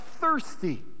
thirsty